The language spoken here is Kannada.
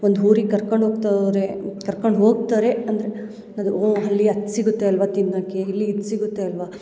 ಒಂದು ಹೋರಿ ಕರ್ಕಂಡು ಹೋಗ್ತಾರೆ ಕರ್ಕಂಡು ಹೋಗ್ತಾರೆ ಅಂದರೆ ಅದು ಓಹ್ ಅಲ್ಲಿ ಅದು ಸಿಗುತ್ತೆ ಅಲ್ಲವ ತಿನ್ನಕ್ಕೆ ಇಲ್ಲಿ ಇದು ಸಿಗುತ್ತೆ ಅಲ್ಲವ